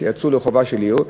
כשיצאו לרחובה של עיר?